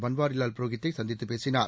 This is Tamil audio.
பன்வாரிலால் புரோஹித்தை சந்தித்து பேசினார்